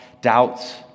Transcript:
doubts